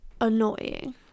annoying